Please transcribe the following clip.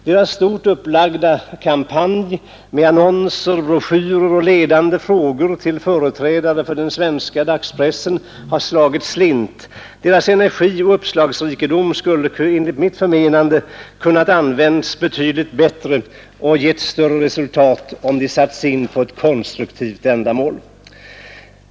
Deras stort upplagda kampanj med annonser, broschyrer och ledande frågor till företrädare för den svenska dagspressen har slagit slint. Deras energi och uppslagsrikedom kunde enligt mitt förmenande ha använts betydligt bättre och skulle ha givit större resultat om ansträngningarna hade satts in på ett konstruktivt mål.